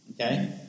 Okay